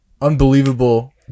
unbelievable